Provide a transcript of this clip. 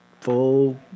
full